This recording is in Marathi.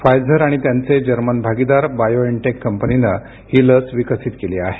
फायझर आणि त्यांचे जर्मन भागीदार बायोएनटेक कंपनीनं ही लस विकसित केली आहे